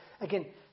again